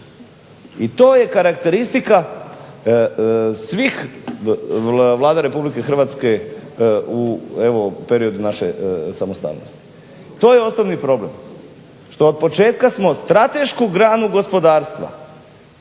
i to je karakteristika svih Vlada RH u periodu naše samostalnosti. To je osnovni problem što od početka smo stratešku stranu gospodarstva